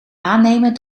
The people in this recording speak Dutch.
aannemen